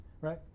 Right